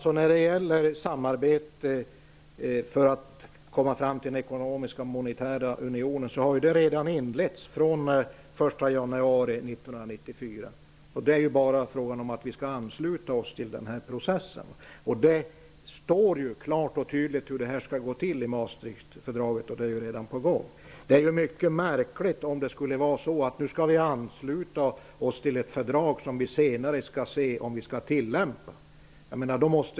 Herr talman! Ett samarbete för att komma fram till den ekonomiska och monetära unionen inleddes redan den 1 januari 1994. Det är ju bara fråga om att vi skall ansluta oss till den här processen. Det står klart i Maastrichtfördraget hur det skall gå till, och det är alltså redan på gång. Det är mycket märkligt om det är så att vi först ansluter oss till ett fördrag som vi senare skall avgöra om vi skall tillämpa.